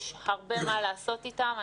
יש הרבה מה לעשות איתם.